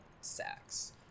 sex